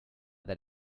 that